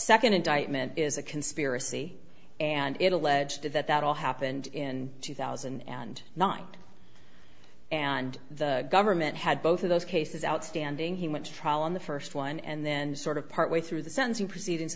second indictment is a conspiracy and it alleged that that all happened in two thousand and nine and the government had both of those cases outstanding he went to trial on the first one and then sort of partway through the sentencing proceeding